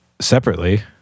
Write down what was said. Separately